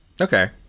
Okay